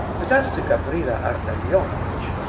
but as to gavrila ardalionovitch,